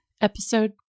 Episode